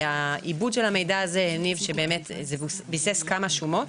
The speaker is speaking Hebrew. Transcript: והעיבוד של המידע הזה הניב שבאמת הוא ביסס כמה שומות.